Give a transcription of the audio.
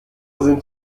sind